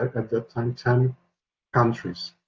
at the time, ten countries.